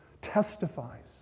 testifies